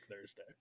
Thursday